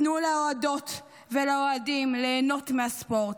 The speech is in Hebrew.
תנו לאוהדות ולאוהדים ליהנות מהספורט.